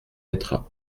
être